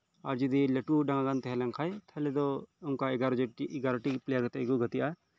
ᱟᱨ ᱡᱚᱫᱤ ᱞᱟᱹᱴᱩ ᱰᱟᱸᱜᱟ ᱛᱟᱦᱮᱸ ᱞᱮᱱᱠᱷᱟᱡ ᱛᱟᱦᱚᱞᱮ ᱫᱚ ᱚᱱᱠᱟ ᱮᱜᱟᱨᱳ ᱮᱜᱟᱨᱳᱴᱤ ᱯᱮᱞᱮᱭᱟᱨ ᱠᱟᱛᱮᱜ ᱠᱚ ᱜᱟᱛᱮᱜᱼᱟ